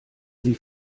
sie